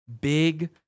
big